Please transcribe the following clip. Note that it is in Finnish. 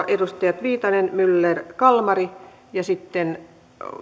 edustajat viitanen myller kalmari sitten